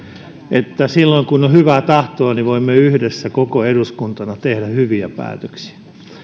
että silloin kun on hyvää tahtoa niin voimme yhdessä koko eduskuntana tehdä hyviä päätöksiä